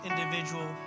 individual